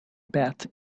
bet